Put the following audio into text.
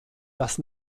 dass